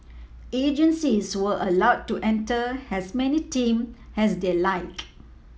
agencies were allowed to enter as many team as they liked